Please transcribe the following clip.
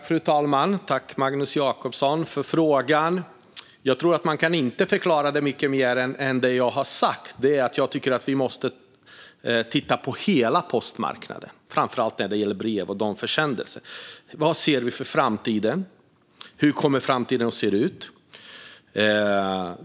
Fru talman! Tack för frågan, Magnus Jacobsson! Jag tror inte att man kan förklara detta så mycket mer än jag har gjort. Jag tycker alltså att vi måste titta på hela postmarknaden, framför allt när det gäller brev och försändelser. Vad ser vi inför framtiden? Hur kommer framtiden att se ut?